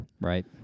right